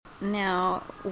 Now